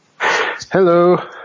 hello